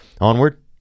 Onward